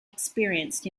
experienced